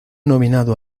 nominado